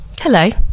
Hello